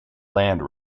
land